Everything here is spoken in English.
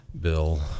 Bill